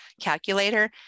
calculator